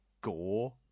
gore